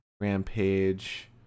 Rampage